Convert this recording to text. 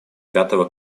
пятого